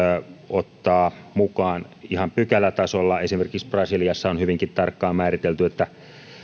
ottaa mukaan ihan pykälätasolla esimerkiksi brasiliassa on hyvinkin tarkkaan määritelty että